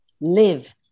live